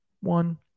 One